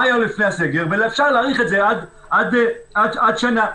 ואפשר להאריך את זה עד שנה.